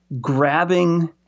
grabbing